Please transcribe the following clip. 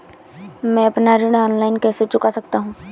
मैं अपना ऋण ऑनलाइन कैसे चुका सकता हूँ?